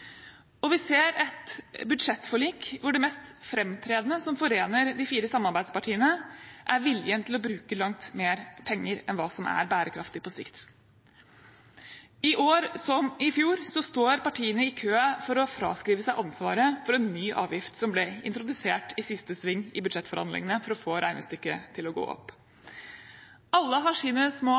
sysselsetting. Vi ser et budsjettforlik der det mest framtredende som forener de fire samarbeidspartiene, er viljen til å bruke langt mer penger enn hva som er bærekraftig på sikt. I år som i fjor står partiene i kø for å fraskrive seg ansvaret for en ny avgift som ble introdusert i siste sving i budsjettforhandlingene for å få regnestykket til å gå opp. Alle har sine små